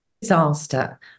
disaster